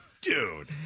Dude